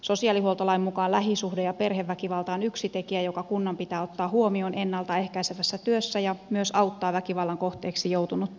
sosiaalihuoltolain mukaan lähisuhde ja perheväkivalta on yksi tekijä joka kunnan pitää ottaa huomioon ennalta ehkäisevässä työssä ja sen pitää myös auttaa väkivallan kohteeksi joutunutta